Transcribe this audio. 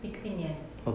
一 g~ 一年